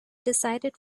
decided